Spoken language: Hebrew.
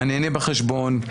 הנהנה בחשבון.